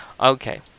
Okay